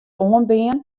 oanbean